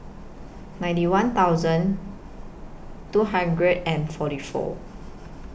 ninety one thousand two hundred and forty four